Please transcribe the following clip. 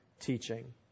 teaching